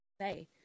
say